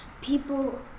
People